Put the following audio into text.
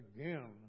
again